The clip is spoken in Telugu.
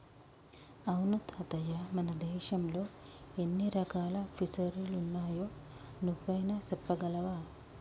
అవును తాతయ్య మన దేశంలో ఎన్ని రకాల ఫిసరీలున్నాయో నువ్వైనా సెప్పగలవా